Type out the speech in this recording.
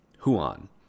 Huan